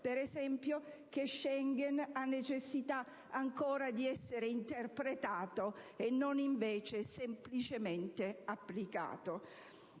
Trattato di Schengen ha necessità ancora di essere interpretato, e non invece semplicemente applicato.